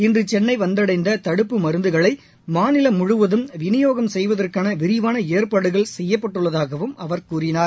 இன்று சென்ளை வந்தடைந்த தடுப்பு மருந்துகளை மாநிலம் முழுவதும் விநியோகம் செய்வதற்கான விரிவான ஏற்பாடுகள் செய்யப்பட்டுள்ளதாகவும் அவர் கூறினார்